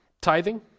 tithing